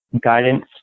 guidance